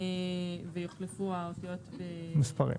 ויוחלפו האותיות במספרים.